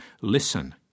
Listen